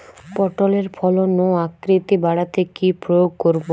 পটলের ফলন ও আকৃতি বাড়াতে কি প্রয়োগ করব?